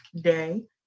Day